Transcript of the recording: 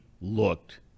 looked